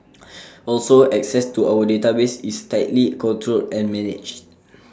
also access to our database is tightly controlled and managed